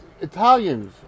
Italians